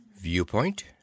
Viewpoint